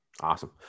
Awesome